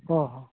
ᱦᱚᱸ ᱦᱚᱸ